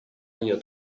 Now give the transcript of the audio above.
aia